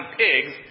pigs